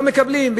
לא מקבלים,